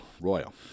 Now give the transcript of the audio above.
Royal